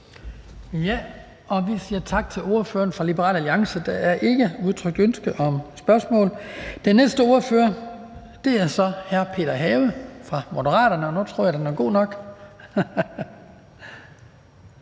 Vi siger tak til ordføreren fra Liberal Alliance. Der er ikke udtrykt ønske om spørgsmål. Den næste ordfører er så hr. Peter Have fra Moderaterne. Værsgo. Kl.